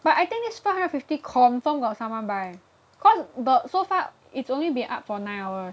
but I think this five hundred fifty confirm got someone buy cause the so far it's only been up for nine hours